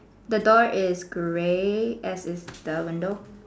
the door is grey as is the window